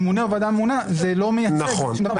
ממונה או ועדה ממונה זה לא מייצג שום דבר,